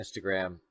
Instagram